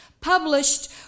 published